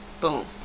boom